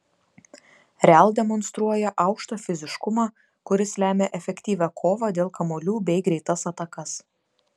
real demonstruoja aukštą fiziškumą kuris lemia efektyvią kovą dėl kamuolių bei greitas atakas